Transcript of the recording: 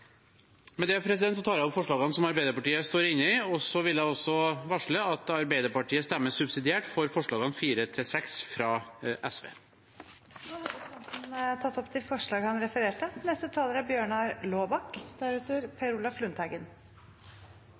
Med dette tar jeg opp forslagene som Arbeiderpartiet står inne i. Jeg vil også varsle at Arbeiderpartiet stemmer subsidiært for forslagene nr. 4–6, fra SV. Representanten Arild Grande har tatt opp de forslagene han refererte til. Når jeg leser forslaget fra Moxnes, tenker jeg at her er